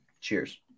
Cheers